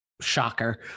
Shocker